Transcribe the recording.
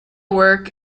work